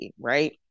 right